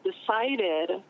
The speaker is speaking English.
decided